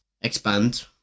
expand